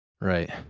Right